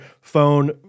phone